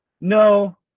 no